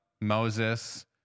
Moses